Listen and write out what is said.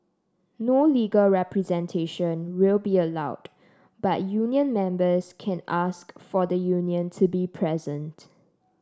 no legal representation will be allowed but union members can ask for the union to be present